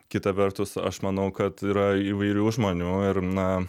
kita vertus aš manau kad yra įvairių žmonių ir na